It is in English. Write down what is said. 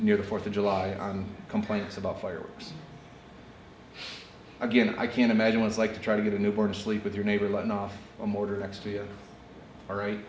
near the fourth of july on complaints about fireworks again i can't imagine what it's like to try to get a newborn sleep with your neighbor line off a mortar next to you